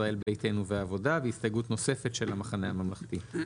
ישראל ביתנו והעבודה והסתייגות נוספת של המחנה הממלכתי.